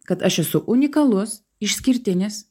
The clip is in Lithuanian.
kad aš esu unikalus išskirtinis